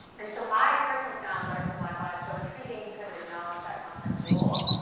and so i personally found letter for black lives so intriguing because it acknowledged that complex role,